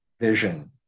vision